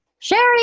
sherry